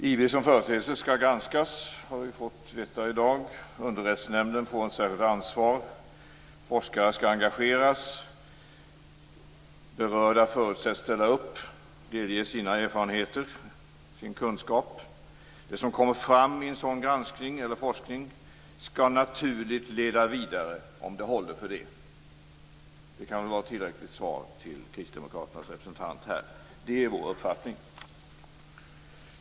Fru talman! Vi har i dag fått veta att IB som företeelse skall granskas. Underrättelsenämnden får ett särskilt ansvar, forskare skall engageras och berörda förutsätts ställa upp och delge sina erfarenheter och kunskaper. Det som kommer fram i en sådan forskning skall naturligt leda vidare, om det håller för det. Det kan väl vara tillräckligt svar till Kristdemokraternas representant. Detta är vår uppfattning.